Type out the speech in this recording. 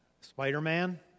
Spider-Man